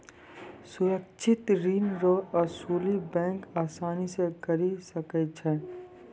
सुरक्षित ऋण रो असुली बैंक आसानी से करी सकै छै